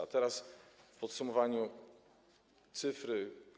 A teraz, w podsumowaniu, cyfry.